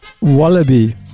Wallaby